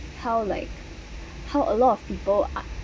how like how a lot of people ah